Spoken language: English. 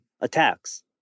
attacks